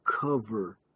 cover